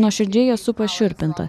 nuoširdžiai esu pašiurpinta